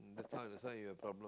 that's why that's why you have problem